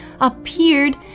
appeared